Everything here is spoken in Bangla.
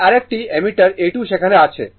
এই আরেকটি অ্যামমিটার A 2 সেখানে আছে